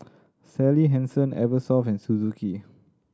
Sally Hansen Eversoft and Suzuki